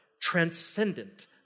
transcendent